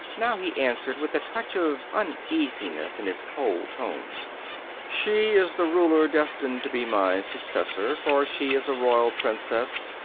now he answered, with a touch of uneasiness in his cold tones she is the ruler destined to be my successor, for she is a royal princess.